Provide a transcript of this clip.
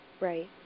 Right